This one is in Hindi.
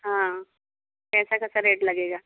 हाँ कैसा कैसा रेट लगेगा